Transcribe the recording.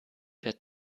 der